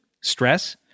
stress